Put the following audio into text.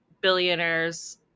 billionaires